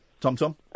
Tom-Tom